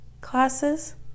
classes